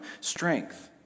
strength